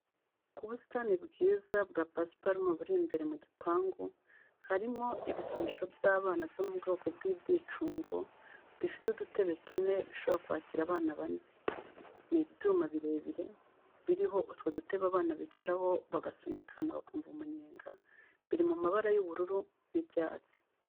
Ku busitani bwiza bwa pasiparume buri imbere mu gipangu, harimo ibikinisho by'abana byo mu bwoko bw'ibyicungo, bifite udutebe tune, bishobora kwakira abana bane. Ni ibyuma birebire biriho utwo dutebe abana bicaraho bagasunikana bakumva umunyenga, biri mu mabara y'ubururu n'icyatsi.